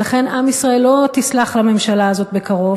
ולכן עם ישראל לא יסלח לממשלה הזאת בקרוב,